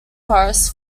forests